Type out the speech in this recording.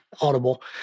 audible